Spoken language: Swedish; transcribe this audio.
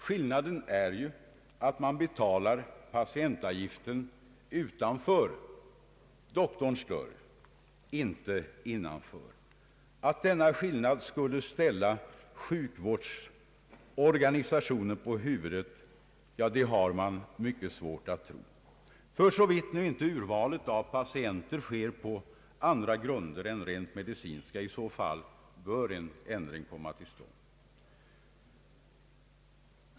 Skillnaden är ju att man betalar patientavgiften utanför doktorns dörr i stället för innanför. Att denna skillnad skulle ställa sjukvårdsorganisationen på huvudet har man mycket svårt att tro, såvida inte urvalet av patienter sker på andra grunder än rent medicinska, och i så fall bör en ändring komma till stånd.